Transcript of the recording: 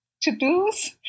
to-dos